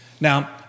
Now